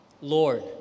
Lord